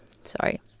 sorry